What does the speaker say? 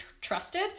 trusted